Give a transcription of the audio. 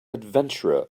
adventurer